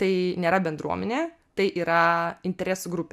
tai nėra bendruomenė tai yra interesų grupė